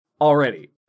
already